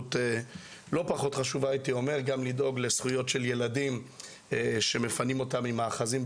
בשליחות לא פחות חשובה לדאוג לזכויות של ילדים שמפונים ממאחזים.